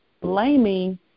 blaming